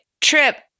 trip